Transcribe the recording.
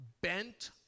bent